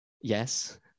yes